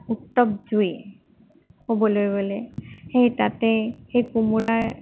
উত্তপ্ত জুই ক'বলৈ গ'লে সেই তাতেই সেই কোমোৰাৰ